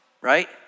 right